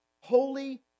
holy